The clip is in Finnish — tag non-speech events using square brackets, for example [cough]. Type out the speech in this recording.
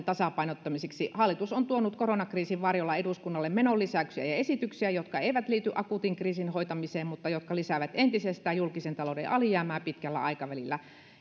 [unintelligible] tasapainottamiseksi hallitus on tuonut koronakriisin varjolla eduskunnalle menolisäyksiä ja esityksiä jotka eivät liity akuutin kriisin hoitamiseen mutta jotka lisäävät entisestään julkisen talouden alijäämää pitkällä aikavälillä